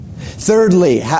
Thirdly